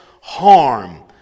harm